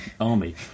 army